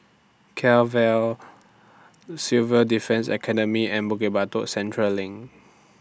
Kent Vale Civil Defence Academy and Bukit Batok Central LINK